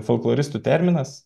folkloristų terminas